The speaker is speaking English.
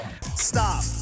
Stop